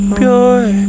pure